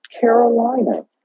Carolina